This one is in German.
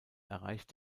erreicht